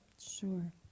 Sure